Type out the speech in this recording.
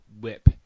whip